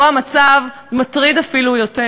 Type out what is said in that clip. פה המצב מטריד אפילו יותר,